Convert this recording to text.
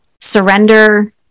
surrender